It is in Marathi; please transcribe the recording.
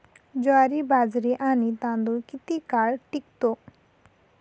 ज्वारी, बाजरी आणि तांदूळ किती काळ टिकतो?